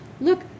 look